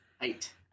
eight